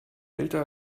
älter